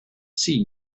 see